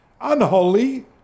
Unholy